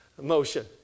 motion